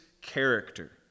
character